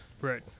Right